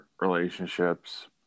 relationships